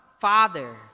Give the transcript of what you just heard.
Father